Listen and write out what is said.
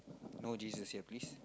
no Jesus here please